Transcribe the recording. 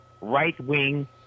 right-wing